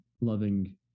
loving